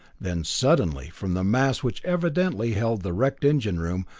then suddenly, from the mass which evidently held the wrecked engine room,